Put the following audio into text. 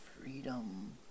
freedom